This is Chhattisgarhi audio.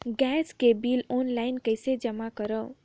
गैस के बिल ऑनलाइन कइसे जमा करव?